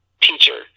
teacher